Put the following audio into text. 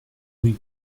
rue